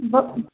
बो